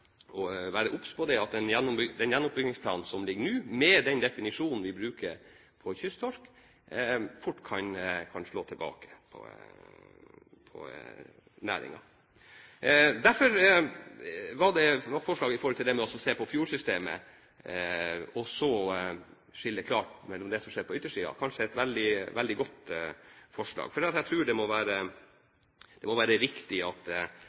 være obs på at den gjenoppbyggingsplanen som ligger nå, med den definisjonen vi bruker på kysttorsk, fort kan slå tilbake på næringen. Derfor var forslaget om å se på fjordsystemet og så skille klart når det gjelder det som skjer på yttersiden, kanskje et veldig godt forslag. Jeg tror det må være riktig når vi vet at